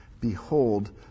Behold